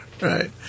right